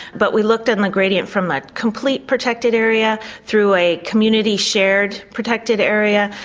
but we looked in a gradient from ah complete protected area through a community shared protected area,